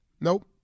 Nope